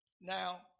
Now